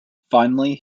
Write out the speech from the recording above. finally